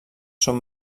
són